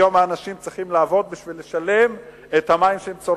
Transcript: היום האנשים צריכים לעבוד בשביל לשלם את המים שהם צורכים.